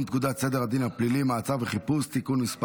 פקודת סדר הדין הפלילי (מעצר וחיפוש) (מס'